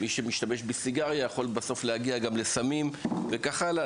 מי שמשתמש בסיגריה יכול בסוף להגיע גם לסמים וכך הלאה.